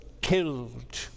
killed